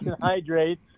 Hydrate